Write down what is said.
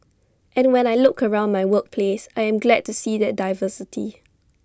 and when I look around my workplace I am glad to see that diversity